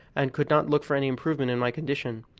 and could not look for any improvement in my condition.